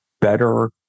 better